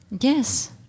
Yes